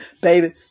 baby